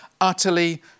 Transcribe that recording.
utterly